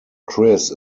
chris